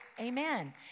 Amen